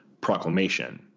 proclamation